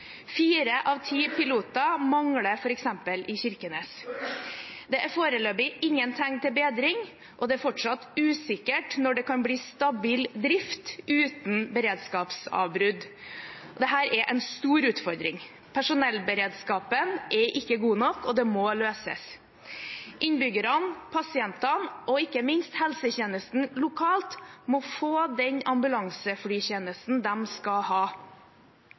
Fire av ti piloter mangler f.eks. i Kirkenes. Det er foreløpig ingen tegn til bedring, og det er fortsatt usikkert når det kan bli stabil drift uten beredskapsavbrudd. Dette er en stor utfordring. Personellberedskapen er ikke god nok, og det må løses. Innbyggerne, pasientene og ikke minst helsetjenesten lokalt må få den ambulanseflytjenesten de skal ha.